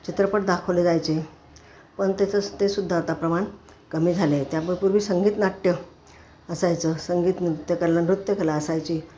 चित्रपट दाखवले जायचे पण तेचं ते सुद्धा आता प्रमाण कमी झालं आहे त्यापूर्वी संगीत नाट्य असायचं संगीत नृत्यकला नृत्यकला असायची